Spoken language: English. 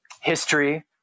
history